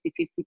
50-50